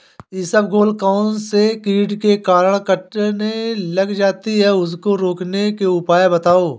इसबगोल कौनसे कीट के कारण कटने लग जाती है उसको रोकने के उपाय बताओ?